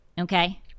Okay